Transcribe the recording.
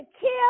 kill